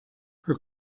her